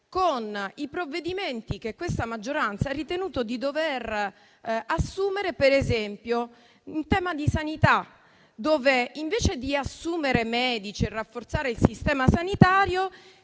con i provvedimenti che questa maggioranza ha ritenuto di dover assumere, per esempio, in tema di sanità. In tale settore invece di assumere medici e rafforzare il sistema sanitario